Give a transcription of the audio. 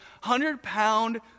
hundred-pound